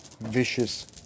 vicious